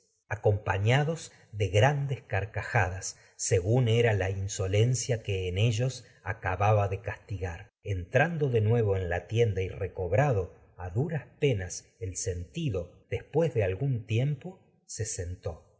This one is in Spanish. acompañados de grandes carcajadas se gún gar ras era la insolencia que en ellos acababa de casti entrando de nuevo en la tienda y el sentido después de vió la recobrado a du penas así algún tiempo se sentó